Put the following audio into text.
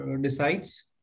decides